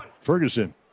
Ferguson